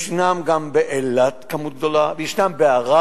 יש גם באילת כמות גדולה ויש בערד,